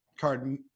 card